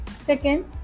second